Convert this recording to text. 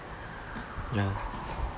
ya